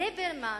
ליברמן